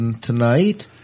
tonight